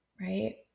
Right